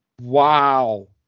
Wow